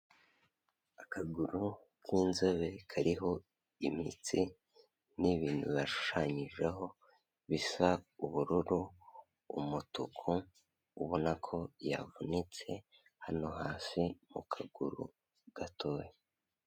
Akaguru k'inzobe kariho imitsi n'ibintu bashushanyijeho bisa ubururu, umutuku ubona ko yavunitse hano hasi mu kaguru gatoya.